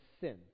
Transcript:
sin